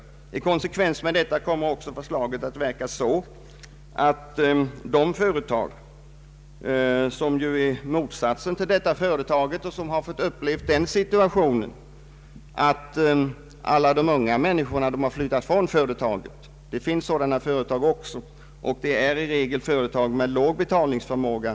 I konsekvens därmed kommer också förslaget att verka så att de företag som fått uppleva motsatsen, kanske att den yngre arbetskraften flyttat från den ort där företaget är beläget, självfallet kommer billigare undan. Som bekant finns det även sådana företag, och de har i regel en låg betalningsförmåga.